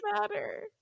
matter